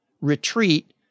retreat